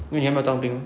wait 你还没有当兵